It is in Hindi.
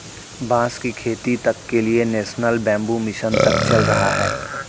बांस की खेती तक के लिए नेशनल बैम्बू मिशन तक चल रहा है